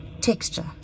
texture